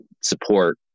support